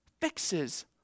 fixes